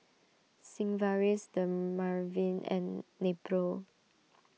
Sigvaris Dermaveen and Nepro